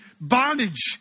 bondage